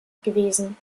gewesen